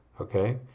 Okay